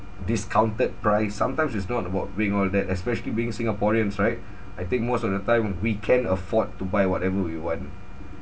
discounted price sometimes it's not about being all that especially being singaporeans right I think most of the time we can afford to buy whatever we want